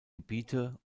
gebiete